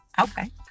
okay